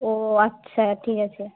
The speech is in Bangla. ও আচ্ছা ঠিক আছে